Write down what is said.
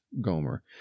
Gomer